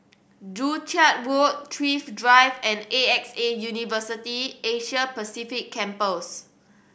Joo Chiat Road Thrift Drive and A X A University Asia Pacific Campus